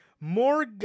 More